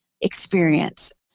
experience